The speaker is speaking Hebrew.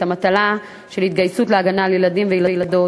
את המטלה של התגייסות להגנה על ילדים וילדות,